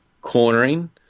cornering